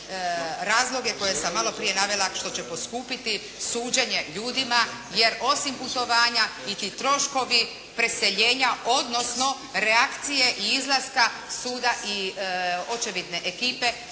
razloge koje sam maloprije navela što će poskupiti suđenje ljudima, jer osim putovanja i ti troškovi preseljenja odnosno reakcije i izlaska suda i očevidne ekipe